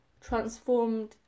transformed